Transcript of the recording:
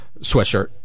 sweatshirt